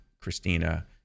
Christina